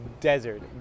desert